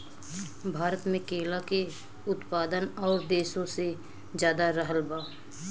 भारत मे केला के उत्पादन और देशो से ज्यादा रहल बा